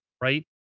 right